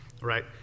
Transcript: right